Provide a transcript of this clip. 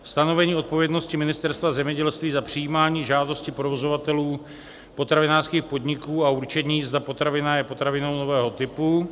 stanovení odpovědnosti Ministerstva zemědělství za přijímání žádosti provozovatelů potravinářských podniků a určení, zda potravina je potravinou nového typu;